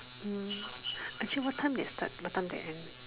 mm actually what time they start what time they end